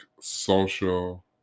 social